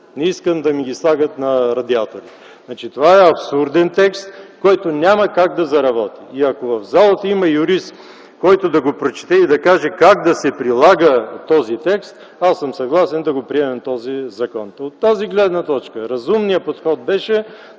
не искам да ми ги слагат на радиатора!”. Това е абсурден текст, който няма как да заработи. И ако в залата има юрист, който да го прочете и да каже как да се прилага този текст, аз съм съгласен да го приемем този закон. И от тази гледна точка разумният подход беше